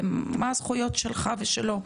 ומה הזכויות שלך ושלו.